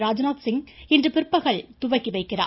ராஜ்நாத்சிங் இன்று பிற்பகல் துவக்கி வைக்கிறார்